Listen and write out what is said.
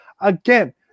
Again